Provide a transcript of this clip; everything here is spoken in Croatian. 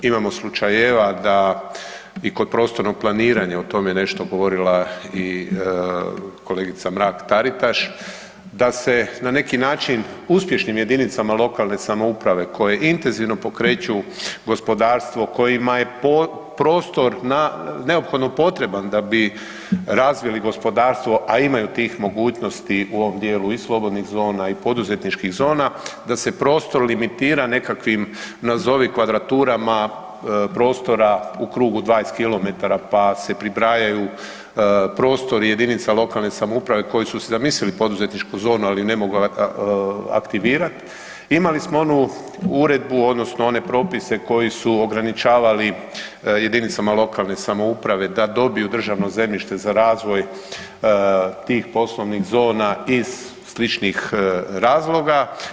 Imamo slučajeva da i kod prostornog planiranja, o tome je nešto govorila i kolegica Mrak Taritaš da se neki način uspješnim jedinicama lokalne samouprave koje intenzivno pokreću gospodarstvo, kojima je prostor neophodno potreban da bi razvili gospodarstvo, a imaju tih mogućnosti u ovom dijelu i slobodnih zona i poduzetničkih zona da se prostor limitira nekakvim nazovi kvadraturama prostora u krugu 20 km, pa se pribrajaju prostori jedinica lokalne samouprave koji su si zamislili poduzetničku zonu, ali ne mogu aktivirati, imali smo onu uredbu odnosno one propise koji su ograničavali jedinicama lokalne samouprave da dobiju državno zemljište za razvoj tih poslovnih zona iz sličnih razloga.